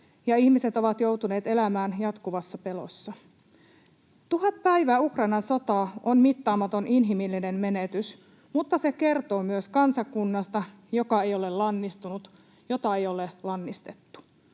ja ihmiset ovat joutuneet elämään jatkuvassa pelossa. Tuhat päivää Ukrainan sotaa on mittaamaton inhimillinen menetys, mutta se kertoo myös kansakunnasta, joka ei ole lannistunut, jota ei ole lannistettu.